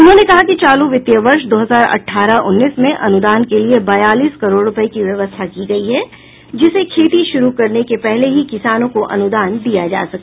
उन्होंने कहा कि चालू वित्तीय वर्ष दो हजार अठारह उन्नीस में अनुदान के लिये बयालीस करोड़ रूपये की व्यवस्था की गयी है जिसे खेती शुरू करने के पहले ही किसानों को अनुदान दिया जा सके